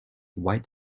white